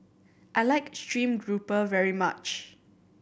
I like stream grouper very much